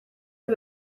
der